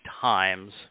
times